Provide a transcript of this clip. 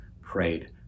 prayed